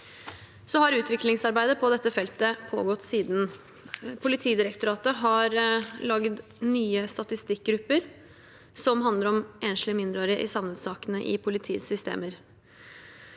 Utviklingsarbeidet på dette feltet har pågått siden. Politidirektoratet har laget nye statistikkgrupper som handler om enslige mindreårige i savnetsakene i politiets systemer.